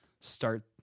start